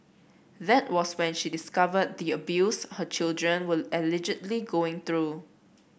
that was when she discovered the abuse her children were allegedly going through